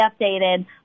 updated